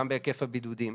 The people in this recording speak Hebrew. גם בהיקף הבידודים.